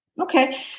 Okay